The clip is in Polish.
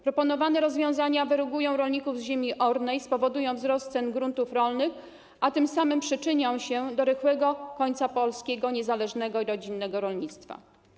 Proponowane rozwiązania wyrugują rolników z ziemi ornej, spowodują wzrost cen gruntów rolnych, a tym samym przyczynią się do rychłego końca polskiego, niezależnego i rodzinnego rolnictwa.